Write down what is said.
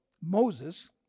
Moses